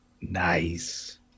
Nice